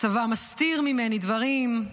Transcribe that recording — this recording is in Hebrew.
הצבא מסתיר ממני דברים.